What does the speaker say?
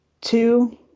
Two